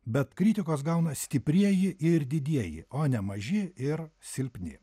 bet kritikos gauna stiprieji ir didieji o ne maži ir silpni